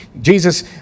Jesus